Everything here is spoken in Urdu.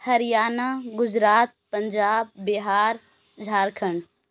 ہریانہ گُجرات پنجاب بِہار جھارکھنڈ